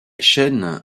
chaîne